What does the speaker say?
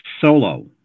Solo